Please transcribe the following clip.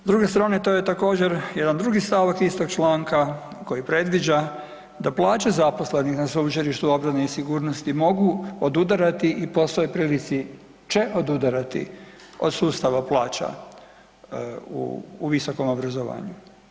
S druge strane to je također jedan drugi stavak istog članka koji predviđa da plaće zaposlenih na Sveučilištu obrane i sigurnosti mogu odudarati i po svojoj prilici će odudarati od sustava plaća u, u visokom obrazovanju.